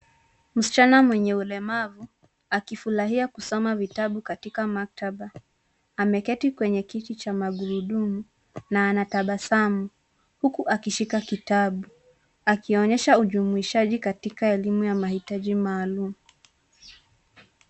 Msichana mwenye ulemavu, akifurahia kusoma vitabu katika maktaba. Ameketi kwenye kiti cha magurudumu na anatabasamu, huku akishika kitabu, akionyesha ujumuishaji katika elimu ya mahitaji maalumu.